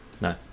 no